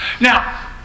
Now